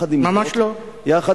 ממש לא.